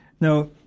Now